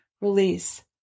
release